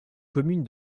commune